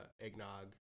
eggnog